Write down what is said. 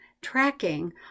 tracking